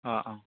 অঁ অঁ